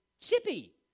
chippy